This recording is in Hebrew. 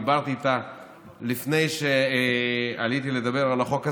דיברתי איתה לפני שעליתי לדבר על החוק הזה.